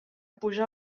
puja